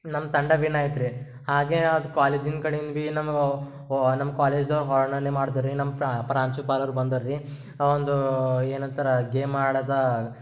ನಮ್ಮ ತಂಡ ವಿನ್ ಆಯ್ತು ರೀ ಹಾಗೆ ಅದು ಕಾಲೇಜಿಂದ ಕಡೆಯಿಂದ ಭಿ ನಮಗೆ ನಮ್ಮ ಕಾಲೇಜ್ದಾಗ ಮಾಡ್ದರಿ ನಮ್ಮ ಪ್ರಾಂಶುಪಾಲರು ಬಂದರು ರಿ ಆ ಒಂದು ಏನಂತಾರ ಗೇಮ್ ಆಡಿದ